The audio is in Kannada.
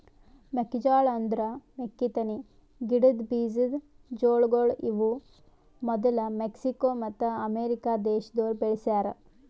ಮೆಕ್ಕಿ ಜೋಳ ಅಂದುರ್ ಮೆಕ್ಕಿತೆನಿ ಗಿಡದ್ ಬೀಜದ್ ಜೋಳಗೊಳ್ ಇವು ಮದುಲ್ ಮೆಕ್ಸಿಕೋ ಮತ್ತ ಅಮೇರಿಕ ದೇಶದೋರ್ ಬೆಳಿಸ್ಯಾ ರ